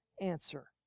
answer